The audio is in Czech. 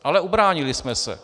Ale ubránili jsme se.